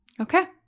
Okay